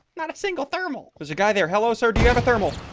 not a single thermal there's a guy there. hello, sir. do you have a thermal?